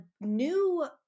new